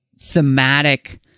thematic